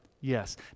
Yes